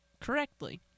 correctly